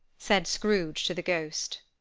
said scrooge to the ghost.